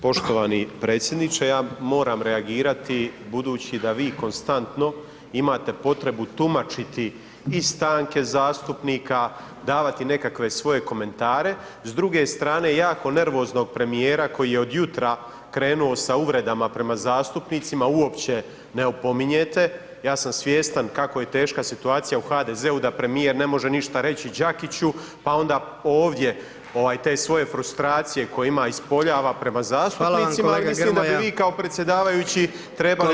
Poštovani predsjedniče, ja moram reagirati budući da vi konstantno imate potrebu tumačiti i stanke zastupnika, davati nekakve svoje komentare, s druge strane, jako nervoznog premijera koji je od jutra krenuo sa uvredama prema zastupnicima uopće ne opominjete, ja sam svjestan kako je teška situacija u HDZ-u, da premijer ne može ništa reći Đakiću pa onda ovdje te svoje frustracije koje ima ispoljava prema zastupnicima i mislim da bi vi kao predsjedavajući trebali reagirati.